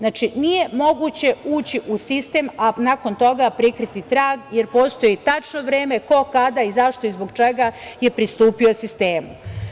Nije moguće ući u sistem, a nakon toga prikriti trag, jer postoji tačno vreme, ko, kada, zašto i zbog čega je pristupio sistemu.